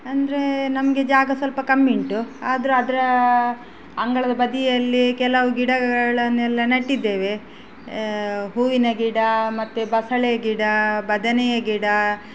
ಅಂದರೆ ನಮಗೆ ಜಾಗ ಸ್ವಲ್ಪ ಕಮ್ಮಿಯುಂಟು ಆದರೂ ಅದರ ಅಂಗಳದ ಬದಿಯಲ್ಲಿ ಕೆಲವು ಗಿಡಗಳನ್ನೆಲ್ಲ ನೆಟ್ಟಿದ್ದೇವೆ ಹೂವಿನ ಗಿಡ ಮತ್ತೆ ಬಸಳೇ ಗಿಡ ಬದನೆಯ ಗಿಡ